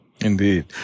Indeed